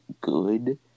good